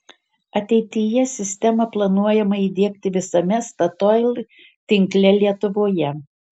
ateityje sistemą planuojama įdiegti visame statoil tinkle lietuvoje